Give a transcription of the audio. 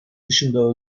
dışında